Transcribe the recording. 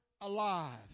alive